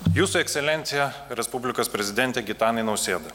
jūsų ekscelencija respublikos prezidente gitanai nausėda